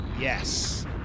Yes